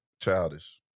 Childish